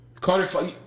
Carter